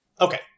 okay